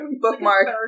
Bookmark